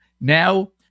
now